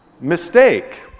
Mistake